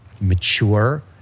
mature